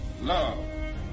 love